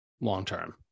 long-term